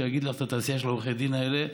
שיגיד לך על התעשייה של עורכי הדין האלה,